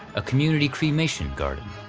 a community cremation garden.